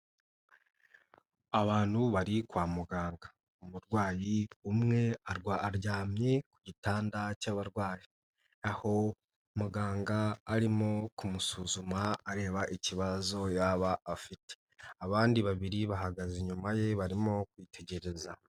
Abantu bari kwa muganga. Umurwayi umwe aryamye ku gitanda cy'abarwayi. Aho muganga arimo kumusuzuma areba ikibazo yaba afite. Abandi babiri bahagaze inyuma ye barimo kwitegereza.